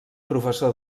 professor